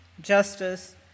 justice